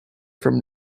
from